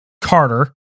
Carter